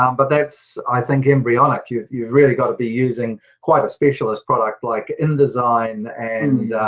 um but that's i think embryonic. you've you've really got to be using quite a specialist product like indesign and